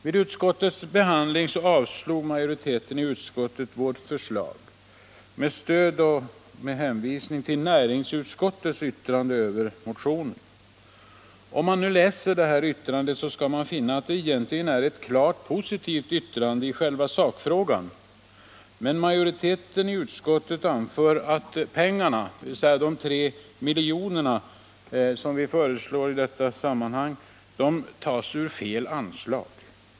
Vid utskottets behandling avstyrkte majoriteten i utskottet vårt förslag med hänvisning till näringsutskottets yttrande över motionen. Om man läser detta yttrande, skall man finna att det egentligen är ett klart positivt yttrande i själva sakfrågan. Men majoriteten i utskottet anför att pengarna — de 3 milj.kr. som vi föreslår — tas ur fel anslag.